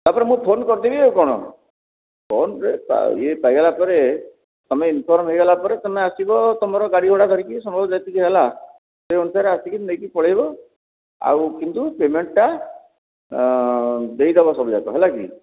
ତା'ପରେ ମୁଁ ଫୋନ୍ କରିଦେବି ଆଉ କଣ ଫୋନ୍ରେ ତ ଇଏ ପାଇଗଲା ପରେ ତମେ ଇନଫର୍ମ୍ ହେଇଗଲା ପରେ ତମେ ଆସିବ ତମର ଗାଡ଼ିଘୋଡ଼ା ଧରିକି ଆସିବ ସମୟ ଯେତିକି ହେଲା ସେଇ ଅନୁସାରେ ଆସିକି ନେଇକି ପଳେଇବ ଆଉ କିନ୍ତୁ ପେମେଣ୍ଟଟା ଦେଇଦେବ ସବୁଯାକ ହେଲାକି